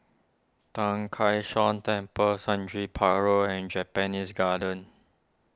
Tang Kak Seah Temple Sundridge Park Road and Japanese Garden